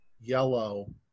yellow